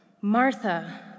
Martha